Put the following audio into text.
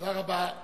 תודה רבה.